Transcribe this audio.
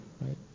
right